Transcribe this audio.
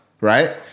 right